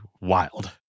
wild